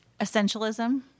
essentialism